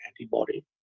antibody